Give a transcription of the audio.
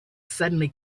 suddenly